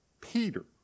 Peter